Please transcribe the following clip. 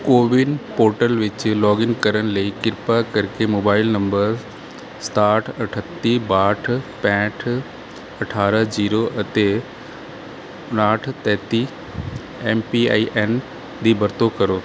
CoWIN portal ਵਿੱਚ login ਕਰਨ ਲਈ ਕਿਰਪਾ ਕਰਕੇ ਮੋਬਾਈਲ ਨੰਬਰ ਸਤਾਹਠ ਅਠੱਤੀ ਬਾਹਠ ਪੈਂਹਠ ਅਠਾਰ੍ਹਾਂ ਜੀਰੋ ਅਤੇ ਉਣਾਹਠ ਤੇਤੀ ਐਮ ਪੀ ਆਈ ਐਨ ਦੀ ਵਰਤੋਂ ਕਰੋ